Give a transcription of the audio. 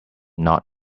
not